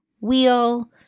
wheel